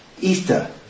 Easter